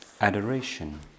adoration